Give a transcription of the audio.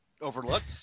overlooked